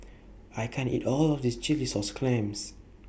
I can't eat All of This Chilli Sauce Clams